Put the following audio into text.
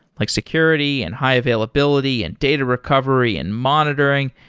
like security, and high-availability, and data recovery, and monitoring,